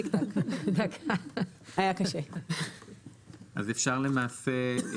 אז אפשר למעשה,